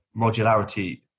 modularity